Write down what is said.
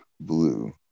Blue